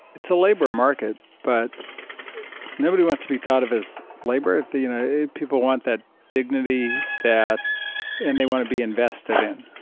it's a labor market, but nobody wants to be thought of as labor you know people want that dignity that and they want to be invested in.